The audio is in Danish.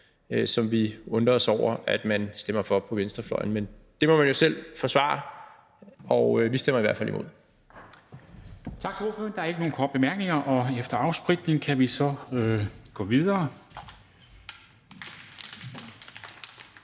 som vi undrer os over at man stemmer for på venstrefløjen, men det må man jo selv forsvare. Vi stemmer i hvert fald imod. Kl. 11:31 Formanden (Henrik Dam Kristensen): Tak til ordføreren. Der er ikke nogen korte bemærkninger, og efter afspritning kan vi så gå videre.